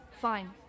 fine